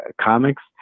comics